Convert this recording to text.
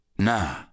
Nah